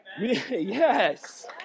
Yes